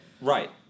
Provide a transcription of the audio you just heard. Right